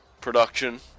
production